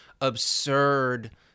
absurd